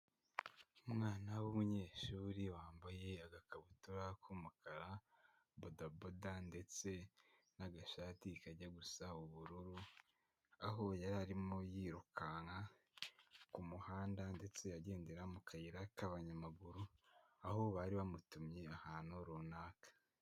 Umwana w'umunyeshuri wambaye agakabutura k'umukara, bodaboda ndetse n'agashati kajya gusa ubururu, aho yari arimo yirukanka ku muhanda ndetse agendera mu kayira k'abanyamaguru, aho bari bamutumye ahantu runaka.